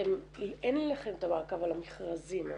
אין לכם את המעקב על המכרזים,